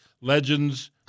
Legends